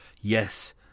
yes